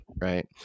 right